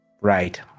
Right